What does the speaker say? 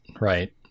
right